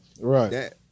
Right